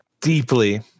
deeply